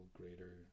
greater